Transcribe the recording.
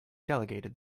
delegated